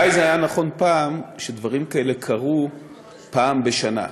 אולי זה היה נכון פעם, כשדברים כאלה קרו פעם בשנה,